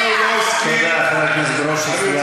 תודה, חבר הכנסת ברושי.